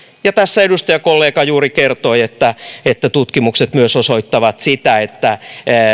tässä edustajakollega juuri kertoi että että tutkimukset osoittavat myös sitä että